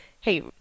hey